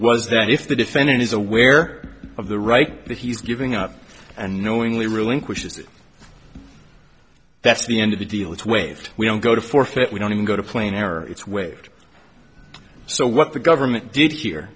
was that if the defendant is aware of the right that he's giving up and knowingly relinquishes that that's the end of the deal it's waived we don't go to forfeit we don't even go to plain error it's waived so what the government did here